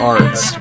Arts